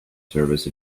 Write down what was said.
service